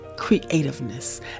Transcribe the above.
creativeness